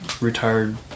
retired